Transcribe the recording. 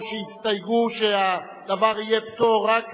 או הסתייגות שלדבר יהיה פטור רק